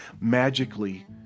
magically